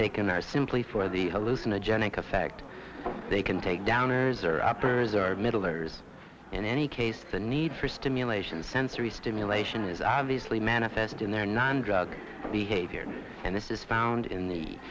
taken are simply for the hallucinogenic effect they can take downers or uppers or middlers in any case the need for stimulation sensory stimulation is obviously manifest in their non drug the havior and this is found in the